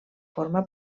forma